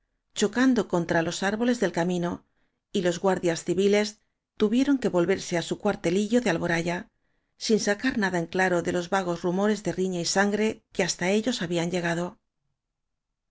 chocando contra los árboles del camino y los guardias civiles tuvieron que volverse á su cuartelillo de alboraya sin sacar nada en claró de los vagos rumores de riña y sangre que hasta ellos habían llegado